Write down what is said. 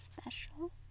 special